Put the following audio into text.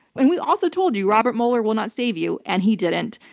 and we also told you robert mueller will not save you, and he didn't.